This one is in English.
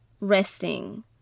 resting